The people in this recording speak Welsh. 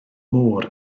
mor